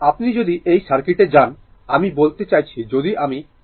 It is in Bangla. আপনি যদি এই সার্কিটে যান আমি বলতে চাইছি যদি আমি KVL প্রয়োগ করতে চাই